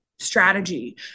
strategy